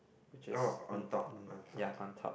which is ya on top